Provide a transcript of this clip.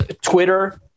Twitter